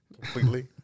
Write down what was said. completely